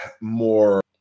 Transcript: more